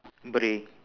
beret